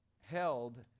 held